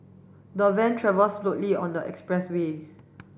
the van travel slowly on the expressway